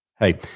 Hey